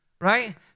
right